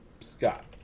Scott